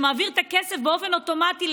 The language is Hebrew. שמעביר את הכסף באופן אוטומטי,